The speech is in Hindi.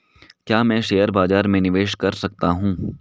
क्या मैं शेयर बाज़ार में निवेश कर सकता हूँ?